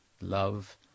love